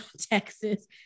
Texas